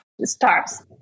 stars